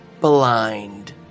blind